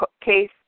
case